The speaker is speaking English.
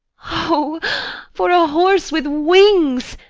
o for a horse with wings!